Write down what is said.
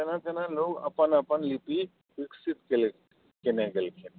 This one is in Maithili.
तेना तेना लोक अपन अपन लिपि विकसित केलथि केने गेलखिन